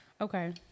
Okay